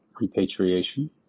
repatriation